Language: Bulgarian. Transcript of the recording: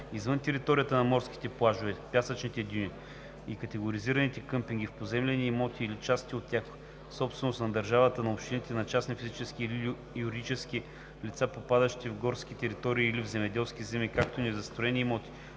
Извън територията на морските плажове, пясъчните дюни и категоризираните къмпинги в поземлени имоти или части от тях, собственост на държавата, на общините, на частни физически или юридически лица, попадащи в горски територии или в земеделски земи, както и в незастроени имоти,